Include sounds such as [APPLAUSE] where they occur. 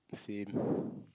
insane [BREATH]